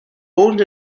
owns